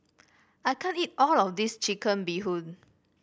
I can't eat all of this Chicken Bee Hoon